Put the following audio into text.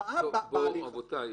רבותיי.